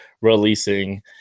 releasing